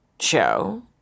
show